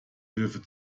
hilfe